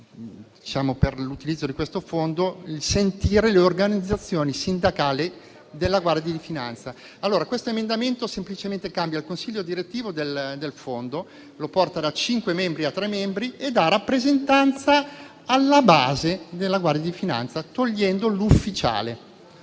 per l'utilizzo di questo fondo, il sentire le organizzazioni sindacali della Guardia di finanza. Questo emendamento semplicemente cambia il consiglio direttivo del fondo, lo porta da cinque a tre membri e dà rappresentanza alla base della Guardia di finanza, togliendo l'ufficiale.